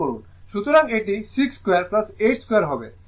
সুতরাং এটি 6 square 8 square হবে